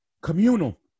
communal